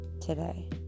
today